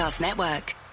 Network